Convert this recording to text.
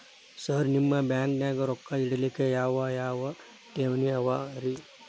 Sir ನಿಮ್ಮ ಬ್ಯಾಂಕನಾಗ ರೊಕ್ಕ ಇಡಲಿಕ್ಕೆ ಯಾವ್ ಯಾವ್ ಠೇವಣಿ ಅವ ರಿ?